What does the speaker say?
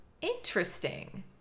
Interesting